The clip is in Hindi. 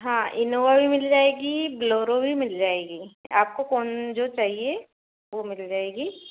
हाँ इनोवा भी मिल जाएगी ब्लोरो भी मिल जाएगी आपको कौन जो चाहिए वो मिल जाएगी